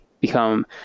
become